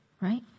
right